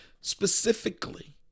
Specifically